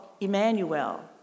Emmanuel